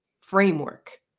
framework